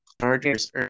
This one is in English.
Chargers